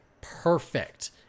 perfect